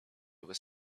was